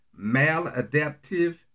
Maladaptive